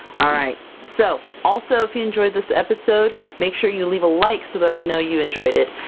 alright so also, if you enjoyed this episode, make sure you leave a like so that i know you enjoyed it,